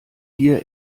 hier